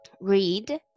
read